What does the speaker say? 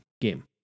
game